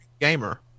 gamer